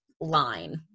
line